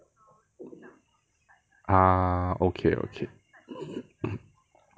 ah okay okay